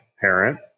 parent